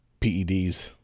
PEDs